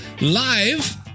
live